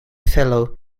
fellow